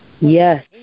yes